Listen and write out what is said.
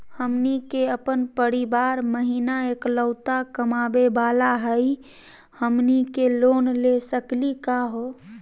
हमनी के अपन परीवार महिना एकलौता कमावे वाला हई, हमनी के लोन ले सकली का हो?